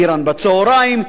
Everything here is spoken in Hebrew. "אירן" בצהריים,